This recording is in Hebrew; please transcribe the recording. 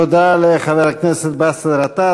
תודה לחבר הכנסת באסל גטאס.